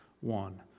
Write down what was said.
one